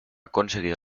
conseguido